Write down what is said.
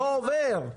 לא עובר.